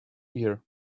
ear